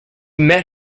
met